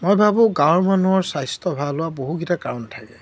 মই ভাবোঁ গাঁৱৰ মানুহৰ স্বাস্থ্য ভাল হোৱা বহুকেইটা কাৰণ থাকে